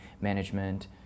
management